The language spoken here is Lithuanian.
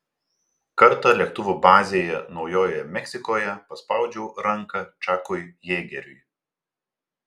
kartą lėktuvų bazėje naujojoje meksikoje paspaudžiau ranką čakui jėgeriui